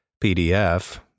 PDF